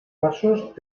pasos